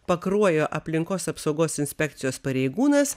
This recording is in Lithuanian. pakruojo aplinkos apsaugos inspekcijos pareigūnas